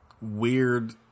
weird